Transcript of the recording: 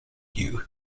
you